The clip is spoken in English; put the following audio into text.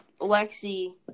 Alexi